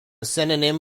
synonym